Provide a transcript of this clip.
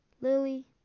Lily